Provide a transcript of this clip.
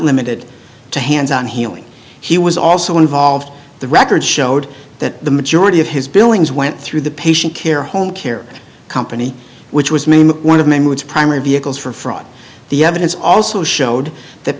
limited to hands on healing he was also involved the records showed that the majority of his billings went through the patient care home care company which was mainly one of many routes primary vehicles for fraud the evidence also showed that